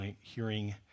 hearing